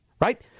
Right